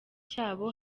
cyabo